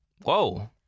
Whoa